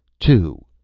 two.